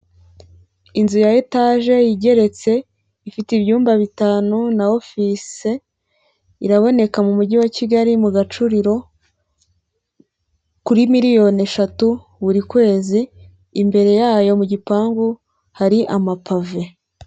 Inzu ya etaje igeretse, ifite ibyumba bitanu, na ofise, iraboneka mu mujyi wa Kigali mu Gacuriro, kuri miliyoni eshatu buri kwezi, imbere yayo mu gipangu, hari amapave.